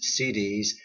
CDs